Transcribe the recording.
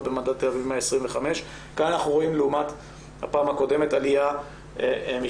במדד תל אביב 125. כאן אנחנו רואים לעומת הפעם הקודמת עלייה מ-16%.